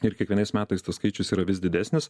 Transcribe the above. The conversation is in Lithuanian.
ir kiekvienais metais tas skaičius yra vis didesnis